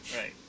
right